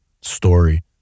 story